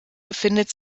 befindet